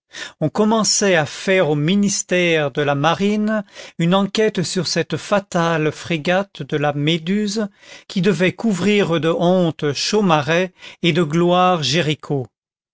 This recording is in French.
on commençait à faire au ministère de la marine une enquête sur cette fatale frégate de la méduse qui devait couvrir de honte chaumareix et de gloire